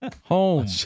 Home